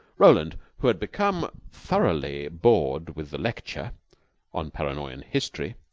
roland, who had become thoroughly bored with the lecture on paranoyan history,